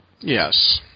Yes